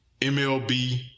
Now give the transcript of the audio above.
MLB